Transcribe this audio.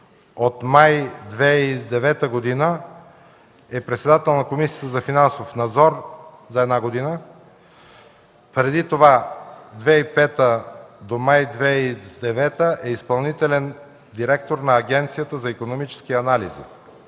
май 2009 г. е председател на Комисията за финансов надзор – за една година. Преди това – от 2005 г. до месец май 2009 г., е изпълнителен директор на Агенцията за икономически анализи.